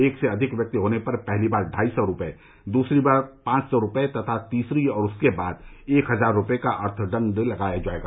एक से अधिक व्यक्ति होने पर पहली बार ढाई सौ रुपए दूसरी बार पांच सौ रूपये तथा तीसरी और उसके बाद एक हजार रूपये का अर्थदंड लगाया जाएगा